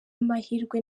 amahirwe